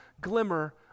glimmer